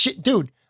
Dude